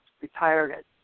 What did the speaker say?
retired